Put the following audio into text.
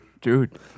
Dude